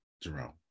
Jerome